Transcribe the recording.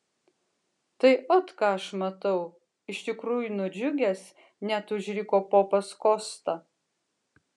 tai ot ką aš matau iš tikrųjų nudžiugęs net užriko popas kosta